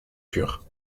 pur